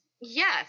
yes